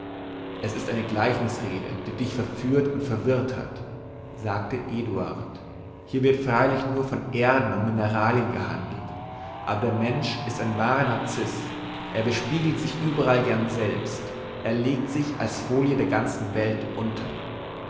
es ist eine gleichnisrede die dich verführt und verwirrt hat sagte eduard hier wird freilich nur von erden und mineralien gehandelt aber der mensch ist ein wahrer narziß er bespiegelt sich überall gern selbst er legt sich als folie der ganzen welt unter